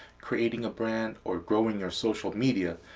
creating a brand or growing your social media,